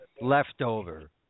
leftover